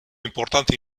importante